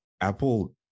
Apple